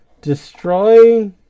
destroy